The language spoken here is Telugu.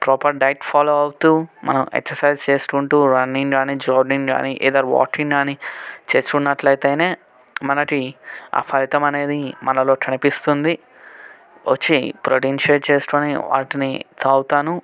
ప్రాపర్ డైట్ ఫాలో అవుతూ మనం ఎక్ససైజ్ చేసుకుంటూ రన్నింగ్ కానీ జాగింగ్ కానీ ఏయిదర్ వాకింగ్ కానీ చేసుకున్నట్లైతేనే మనకి ఆ ఫలితం అనేది మనలో కనిపిస్తుంది వచ్చి ప్రోటీన్ షేక్ చేసుకొని వాటిని త్రాగుతాను